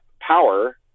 power